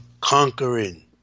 conquering